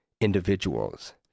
individuals